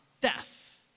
death